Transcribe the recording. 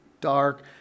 dark